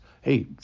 Hey